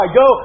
go